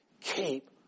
Keep